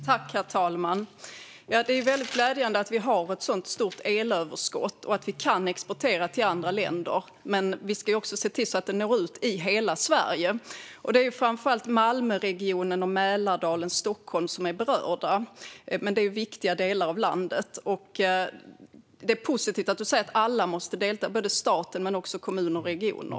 Herr talman! Ja, det är väldigt glädjande att vi har ett stort elöverskott och att vi kan exportera till andra länder. Men vi ska också se till att detta når ut i hela Sverige. Det är framför allt Malmöregionen och Mälardalen med Stockholm som är berörda - det är viktiga delar av landet. Det är positivt att du säger att alla måste delta - staten, kommuner och regioner.